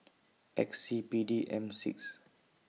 X C P D M six